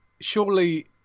surely